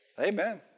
Amen